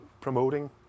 promoting